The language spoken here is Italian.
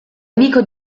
amico